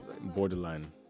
borderline